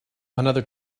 another